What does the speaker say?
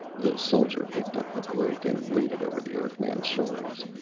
the soldier picked up the cloak and laid it over the earthman's shoulders.